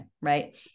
Right